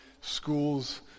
schools